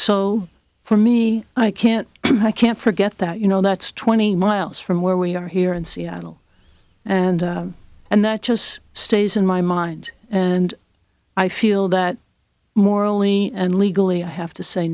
so for me i can't i can't forget that you know that's twenty miles from where we are here in seattle and and that just stays in my mind and i feel that morally and legally i have to say